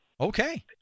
Okay